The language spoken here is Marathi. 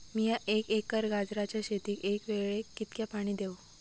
मीया एक एकर गाजराच्या शेतीक एका वेळेक कितक्या पाणी देव?